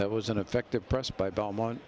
that was in effect depressed by belmont